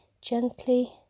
gently